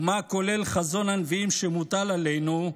ומה כולל חזון הנביאים, שמוטל עלינו,